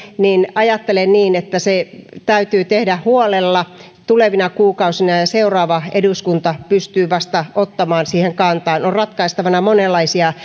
ajattelen niin että se täytyy tehdä huolella tulevina kuukausina ja vasta seuraava eduskunta pystyy ottamaan siihen kantaa on ratkaistavana monenlaisia